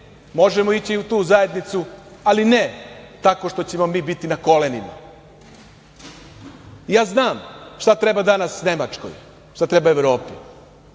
možemo ići i u tu zajednicu, ali ne tako što ćemo mi biti na kolenima. Ja znam šta treba danas Nemačkoj, šta treba Evropi,